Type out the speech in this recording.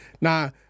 Now